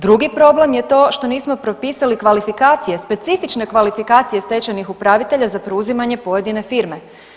Drugi problem je to što nismo propisali kvalifikacije, specifične kvalifikacije stečajnih upravitelja za preuzimanje pojedine firme.